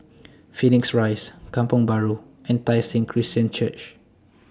Phoenix Rise Kampong Bahru and Tai Seng Christian Church